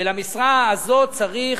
ולמשרה הזאת צריך